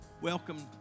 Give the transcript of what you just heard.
welcome